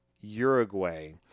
Uruguay